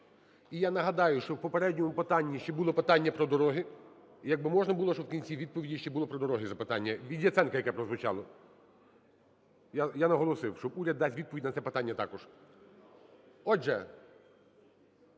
І я нагадаю, що в попередньому питанні ще було питання про дороги. Якби можна було, щоб в кінці відповіді ще було про дороги запитання, від Яценка яке прозвучало. Я наголосив, що уряд дасть відповідь на це питання також. Отже,